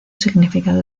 significado